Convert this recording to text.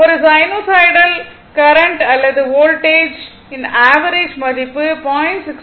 ஒரு sinusoidal current அல்லது voltage ன் ஆவரேஜ் மதிப்பு 0